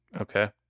Okay